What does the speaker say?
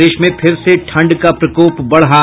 प्रदेश में फिर से ठंड का प्रकोप बढ़ा